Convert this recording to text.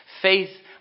Faith